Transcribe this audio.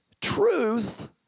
truth